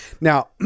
Now